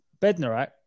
Bednarak